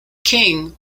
king